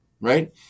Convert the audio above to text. right